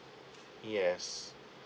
yes